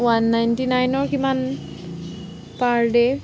one ninety নাইনৰ কিমান per day